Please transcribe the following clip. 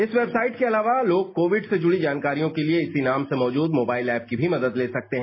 इस वेबसाइट के अलावा लोग कोविड से जुड़ी जानकारियों के लिए इसी नाम से मौजूद मोबाइल ऐप की भी मदद ले सकते हैं